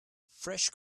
fresh